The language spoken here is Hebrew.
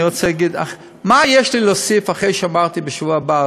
אני רוצה להגיד לך: מה יש לי להוסיף אחרי שאמרתי שבשבוע הבא,